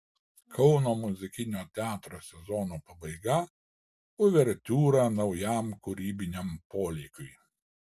kauno muzikinio teatro sezono pabaiga uvertiūra naujam kūrybiniam polėkiui